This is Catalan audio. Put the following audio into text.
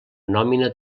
nòmina